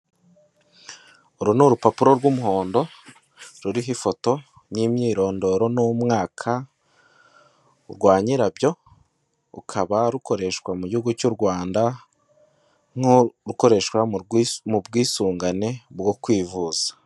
Uru ni urupapuro rw'umuhondo, ruriho ifoto n'imyirondoro, n'umwaka, rwa nyirabyo rukaba rukoreshwa mu gihugu cy'u Rwanda, nko gukoreshwa mu bwisungane bwo kwivuza.